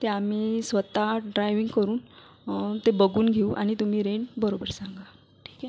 ते आम्ही स्वत ड्रायविंग करून ते बघून घेऊ आणि तुम्ही रेंट बरोबर सांगा ठीक आहे